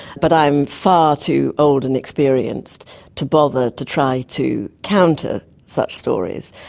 but i'm far too old and experienced to bother to try to counter such stories.